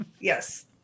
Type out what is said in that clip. Yes